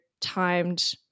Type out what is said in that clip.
timed